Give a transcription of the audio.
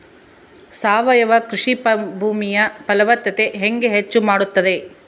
ಸಾವಯವ ಕೃಷಿ ಭೂಮಿಯ ಫಲವತ್ತತೆ ಹೆಂಗೆ ಹೆಚ್ಚು ಮಾಡುತ್ತದೆ?